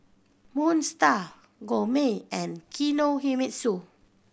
Moon Star Gourmet and Kinohimitsu